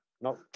no